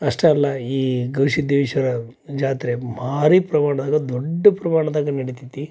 ಅಷ್ಟೇ ಅಲ್ಲ ಈ ಗವಿಸಿದ್ಧೇಶ್ವರ ಜಾತ್ರೆ ಭಾರೀ ಪ್ರಮಾಣದಾಗ ದೊಡ್ಡ ಪ್ರಮಾಣದಾಗ ನಡಿತೈತಿ